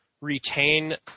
retain